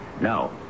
No